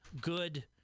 good